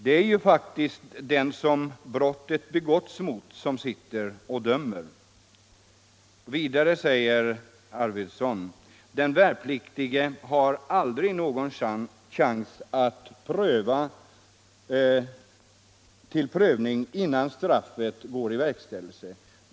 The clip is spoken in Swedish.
Det är ju faktiskt den som brottet begåtts mot som sitter och dömer.” Vidare säger Arvidson: ”Den värnpliktige har aldrig någon chans till prövning innan straffet går i verkställighet.